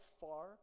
far